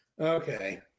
Okay